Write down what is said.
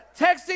texting